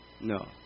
No